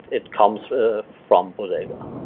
it comes from bodega